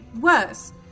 worse